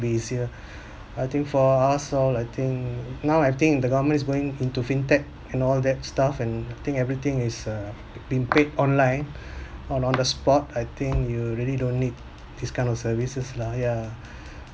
be easier I think for us all I think now I think the government is going into fintech and all that stuff and I think everything is uh been paid online on on the spot I think you really don't need this kind of services lah yeah